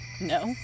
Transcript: no